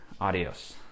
Adios